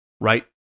right